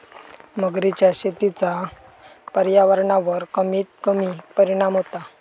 मगरीच्या शेतीचा पर्यावरणावर कमीत कमी परिणाम होता